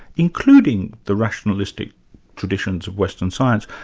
including the rationalistic traditions of western science,